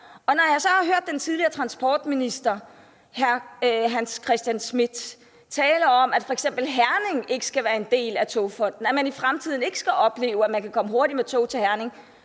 Når jeg så har hørt den tidligere transportminister hr. Hans Christian Schmidt tale om, at Herning ikke skal være en del af Togfonden DK, at man i fremtiden ikke skal opleve, at man kan komme hurtigt med tog til Herning,